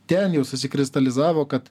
ten jau susikristalizavo kad